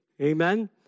Amen